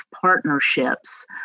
partnerships